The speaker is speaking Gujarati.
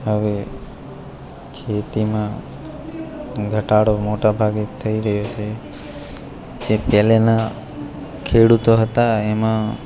હવે ખેતીમાં ઘટાળો મોટા ભાગે થઈ રહ્યો છે જે પહેલાંના ખેડૂતો હતા એમાં